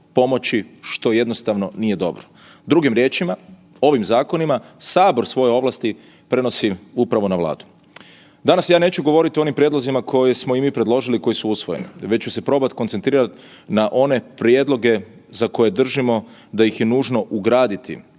pomoći što jednostavno nije dobro. Drugim riječima, ovim zakonima sabor svoje ovlasti prenosi upravo na Vladu. Danas ja neću govoriti o onim prijedlozima koje smo i mi predložili koji su usvojeni, već ću se probati koncentrirati na one prijedloge za koje držimo da ih je nužno ugraditi